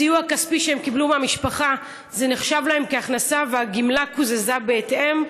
הסיוע הכספי שהם קיבלו מהמשפחה נחשב להם כהכנסה והגמלה קוזזה בהתאם.